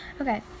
okay